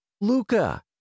Luca